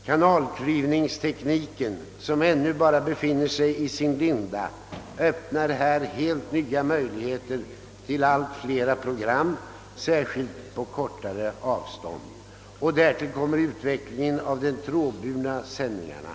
Kanalklyvningstekniken, som ännu bara befinner sig i sin linda, lämnar här helt nya möjligheter till allt fler program, särskilt på kortare avstånd. Därtill kommer utvecklingen av de trådburna sändningarna.